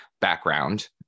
background